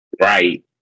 Right